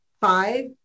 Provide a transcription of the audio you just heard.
five